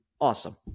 Awesome